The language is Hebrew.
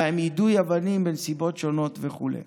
ובהם יידוי אבנים בנסיבות שונות וכו'.